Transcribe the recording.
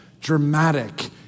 dramatic